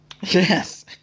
Yes